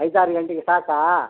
ಐದು ಆರು ಗಂಟೆಗೆ ಸಾಕಾ